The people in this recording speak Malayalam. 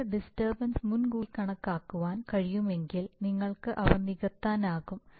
നിങ്ങൾക്ക് ഡിസ്റ്റർബൻസ് മുൻകൂട്ടി കണക്കാക്കുവാൻ കഴിയുമെങ്കിൽ നിങ്ങൾക്ക് അവ നികത്താനാകും